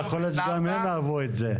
יכול להיות גם הם אהבו את זה.